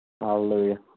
Hallelujah